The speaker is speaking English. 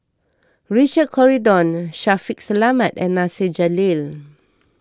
Richard Corridon Shaffiq Selamat and Nasir Jalil